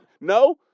No